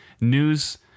news